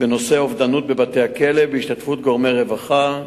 בנושא אובדנות בבתי-הכלא, בהשתתפות גורמי רווחה,